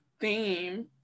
theme